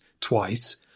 twice